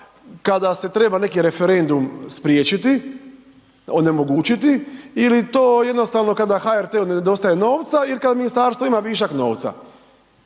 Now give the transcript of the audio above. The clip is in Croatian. kada se treba neki referendum spriječiti, onemogućiti ili to jednostavno kada HRT-u nedostaje novca ili kad ministarstvo ima višak novca?